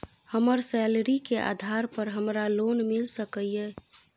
हमर सैलरी के आधार पर हमरा लोन मिल सके ये?